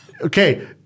Okay